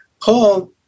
Paul